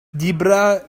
debra